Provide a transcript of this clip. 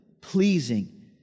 pleasing